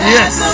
Yes